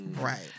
Right